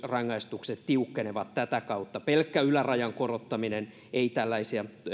rangaistukset tiukkenevat myös tätä kautta pelkkä ylärajan korottaminen ei tällaisia